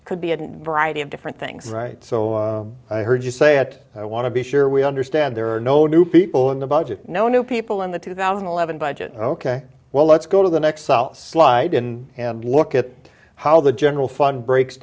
it could be a variety of different things right so i heard you say that i want to be sure we understand there are no new people in the budget no new people in the two thousand and eleven budget ok well let's go to the next else slide in and look at how the general fund breaks